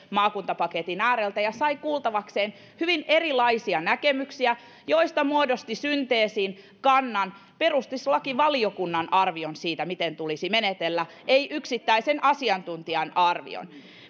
maakuntapaketin ääreltä ja sai kuultavakseen hyvin erilaisia näkemyksiä joista muodosti synteesin kannan perustuslakivaliokunnan arvion siitä miten tulisi menetellä ei yksittäisen asiantuntijan arvion